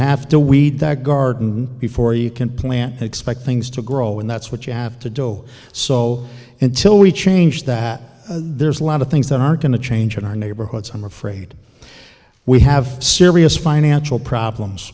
have to weed that garden before you can plant expect things to grow and that's what you have to do so until we change that there's a lot of things that are going to change in our neighborhoods i'm afraid we have serious financial problems